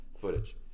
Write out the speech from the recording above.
footage